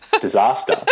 disaster